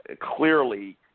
Clearly